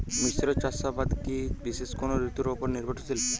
মিশ্র চাষাবাদ কি বিশেষ কোনো ঋতুর ওপর নির্ভরশীল?